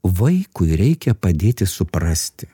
vaikui reikia padėti suprasti